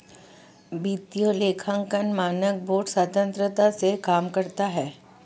वित्तीय लेखांकन मानक बोर्ड स्वतंत्रता से काम करता है